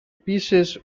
pieces